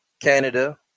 Canada